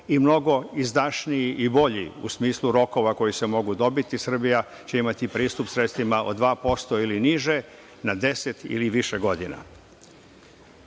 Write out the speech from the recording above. i mnogo izdašniji i bolji u smislu rokova koji se mogu dobiti. Srbija će imati pristup sredstvima od 2% ili niže na 10 ili više godina. Rast